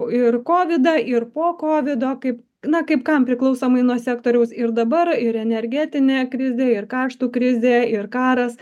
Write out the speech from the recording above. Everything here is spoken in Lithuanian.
ir kovidą ir po kovido kaip na kaip kam priklausomai nuo sektoriaus ir dabar ir energetinė krizė ir kaštų krizė ir karas